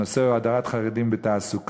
הנושא הוא הדרת חדרים בתעסוקה.